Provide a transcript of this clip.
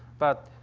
but